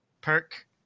perk